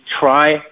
try